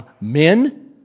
men